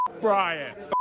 Brian